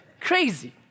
Crazy